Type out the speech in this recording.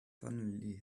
suddenly